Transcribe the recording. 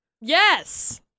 Yes